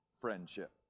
friendship